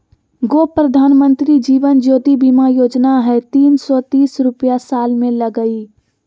गो प्रधानमंत्री जीवन ज्योति बीमा योजना है तीन सौ तीस रुपए साल में लगहई?